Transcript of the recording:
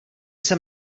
jsem